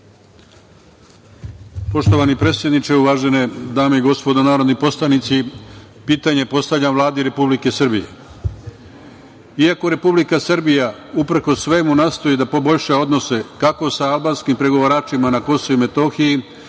Poštovani predsedniče, uvažene dame i gospodo narodni poslanici, pitanje postavljam Vladi Republike Srbije. Iako Republika Srbija, uprkos svemu, nastoji da poboljša odnose kako sa albanskim pregovaračima na KiM,